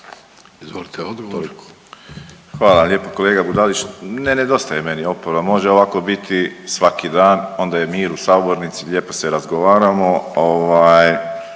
Josip (HDZ)** Hvala vam lijepo kolega Budalić. Ne nedostaje meni oporba, može ovako biti svaki dan, onda je mir u sabornici, lijepo se razgovaramo.